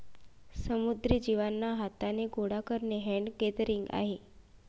समुद्री जीवांना हाथाने गोडा करणे हैंड गैदरिंग आहे